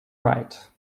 right